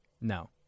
No